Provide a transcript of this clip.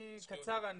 אני אהיה קצר,